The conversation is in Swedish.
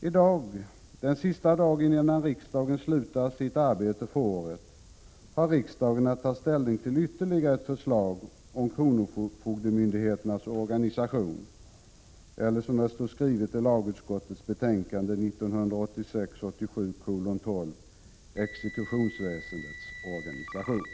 : I dag, dagen då riksdagen avslutar sitt arbete för året, har riksdagen att ta ställning till ytterligare ett förslag om kronofogdemyndighetens organisation eller, som det står skrivet i lagutskottets betänkande 1986/87:12, exekutionsväsendets organisation.